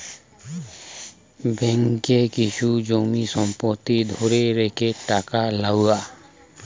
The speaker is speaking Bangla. ব্যাঙ্ককে কিছু জমি সম্পত্তি ধরে রেখে টাকা লওয়া